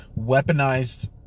weaponized